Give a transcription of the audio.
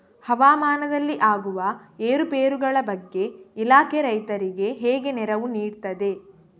ಹವಾಮಾನದಲ್ಲಿ ಆಗುವ ಏರುಪೇರುಗಳ ಬಗ್ಗೆ ಇಲಾಖೆ ರೈತರಿಗೆ ಹೇಗೆ ನೆರವು ನೀಡ್ತದೆ?